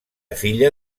filla